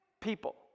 people